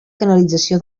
canalització